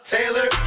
Taylor